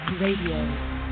RADIO